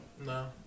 No